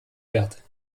wert